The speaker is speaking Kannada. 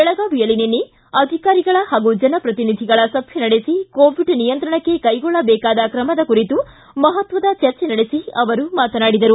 ಬೆಳಗಾವಿಯಲ್ಲಿ ನಿನ್ನೆ ಅಧಿಕಾರಿಗಳ ಹಾಗೂ ಜನಪ್ರತಿನಿಧಿಗಳ ಸಭೆ ನಡೆಸಿ ಕೋವಿಡ್ ನಿಯಂತ್ರಕ್ಕೆ ಕೈಗೊಳ್ಳಬೇಕಾದ ಕ್ರಮದ ಕುರಿತು ಮಹತ್ವದ ಚರ್ಚೆ ನಡೆಸಿ ಅವರು ಮಾತನಾಡಿದರು